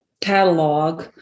Catalog